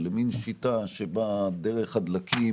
מין שיטה שבאמצעות הדלקים,